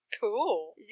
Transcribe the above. Cool